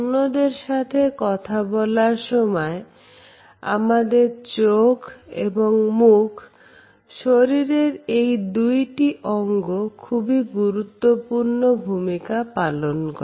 অন্যদের সাথে কথা বলার সময় আমাদের চোখ এবং মুখ শরীরের এই দুইটি অঙ্গ খুবই গুরুত্বপূর্ণ ভূমিকা পালন করে